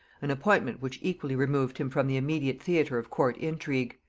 an appointment which equally removed him from the immediate theatre of court intrigue.